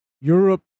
Europe